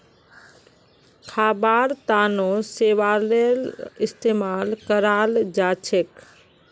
खाबार तनों शैवालेर इस्तेमाल कराल जाछेक